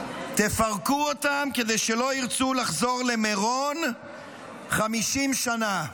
"תפרקו אותם כדי שלא ירצו לחזור למירון 50 שנה"